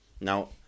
Now